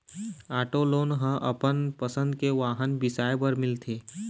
auto loan ह अपन पसंद के वाहन बिसाए बर मिलथे